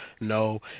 no